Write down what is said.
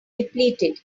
depleted